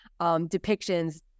depictions